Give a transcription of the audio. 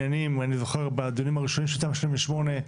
אני זוכר בדיונים הראשונים של תמ"א 38,